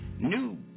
New